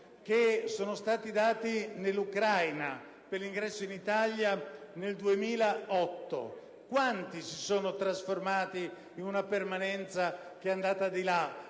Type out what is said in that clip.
80.000 visti dati in Ucraina per l'ingresso in Italia nel 2008, quanti si sono trasformati in una permanenza che è andata al di là